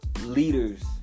leaders